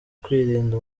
kwirinda